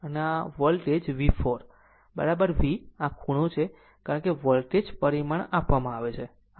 અને આ voltage V4V અને આ ખૂણો છે કારણ કે આ વોલ્ટેજ પરિમાણ આપવામાં આવે છે